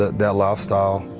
that lifestyle.